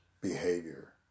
behavior